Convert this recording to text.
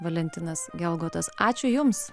valentinas gelgotas ačiū jums